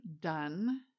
done